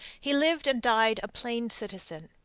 he lived and died a plain citizen.